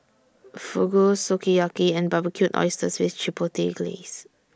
Fugu Sukiyaki and Barbecued Oysters with Chipotle Glaze